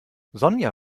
sonja